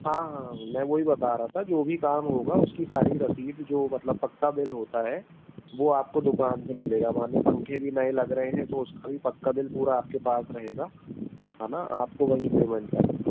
हाँ हाँ हाँ मैं वही बता रहा था कि वो भी काम होगा उसकी सारी रसीद जो मतलब पक्का बिल होता है वो आपको दुकान से मिलेगा मानिए पंखे भी नये लग रहे हैं तो उसका भी पक्का बिल पूरा आपके पास रहेगा है ना आपको वही पेमेंट करना